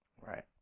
Right